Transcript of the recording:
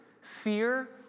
Fear